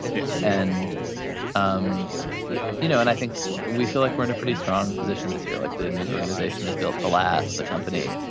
yeah and um you know, and i think we feel like we're in a pretty strong position this year. like, the news organization is built to last. the company,